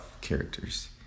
characters